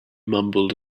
mumbled